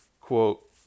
quote